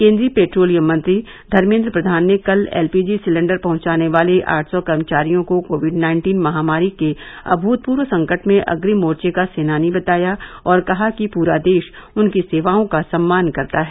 केन्द्रीय पेट्रोलियम मंत्री धर्मेन्द्र प्रधान ने कल एलपीजी सिलेंडर पहुंचाने वाले आठ सौ कर्मचारियों को कोविड नाइन्टीन महामारी के अभूतपूर्व संकट में अग्रिम मोर्चे का सेनानी बताया और कहा कि पूरा देश उनकी सेवाओं का सम्मान करता है